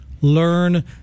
learn